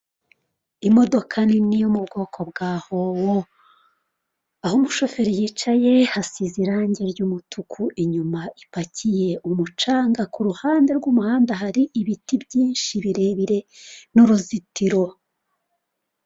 Imodoka nini yo mu bwoko bwa hoho, aho umushoferi yicaye hasize irange ry'umutuku, inyuma ipakiye umucanga ku ruhande rw'umuhanda hari ibiti byinshi birebire n'uruzitiro.